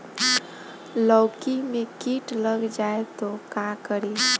लौकी मे किट लग जाए तो का करी?